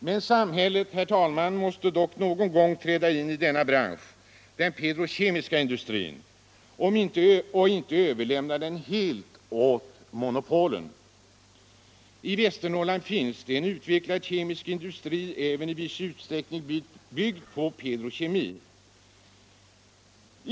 Men, herr talman, samhället måste ändå någon gång träda in i denna bransch, den petrokemiska industrin, och inte helt överlämna den åt monopolen. I Västernorrland finns det en utvecklad kemisk industri, även den i viss utsträckning byggd på petrokemi.